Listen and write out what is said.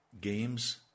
games